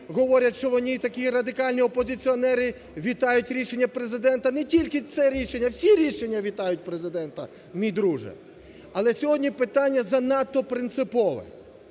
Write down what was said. говорять, що вони такі радикальні опозиціонери, вітають рішення Президента – не тільки це рішення – всі рішення вітають Президента, мій друже, – але сьогодні питання занадто принципове.